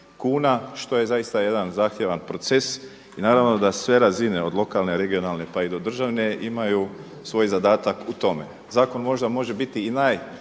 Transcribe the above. kuna, što je zaista jedan zahtjevan proces i naravno da sve razine od lokalne, regionalne pa i do državne imaju svoj zadatak u tome. Zakon možda može biti i najbolji,